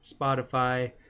Spotify